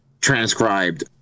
transcribed